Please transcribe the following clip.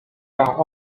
par